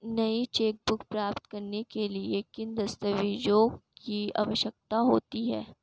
नई चेकबुक प्राप्त करने के लिए किन दस्तावेज़ों की आवश्यकता होती है?